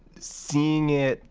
seeing it